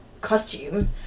costume